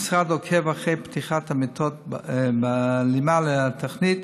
המשרד עוקב אחר פתיחת המיטות בהלימה לתוכנית